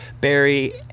Barry